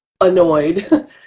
annoyed